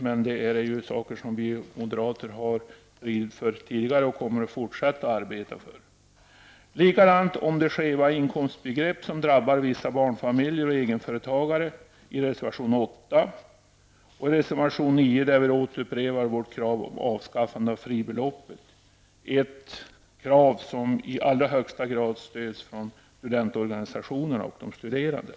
Det gäller dock saker som vi moderater har arbetat för tidigare, och det kommer vi att fortsätta med. I reservation nr 8 tas det skeva inkomstbegrepp som drabbar vissa barnfamiljer och egenföretagare upp. I reservation nr 9 upprepar vi vårt krav om avskaffande av fribeloppet. Det är krav som i allra högsta grad stöds av studentorganisationerna och de studerande.